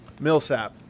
Millsap